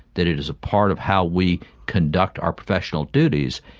that it is a part of how we conduct our professional duties.